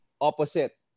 opposite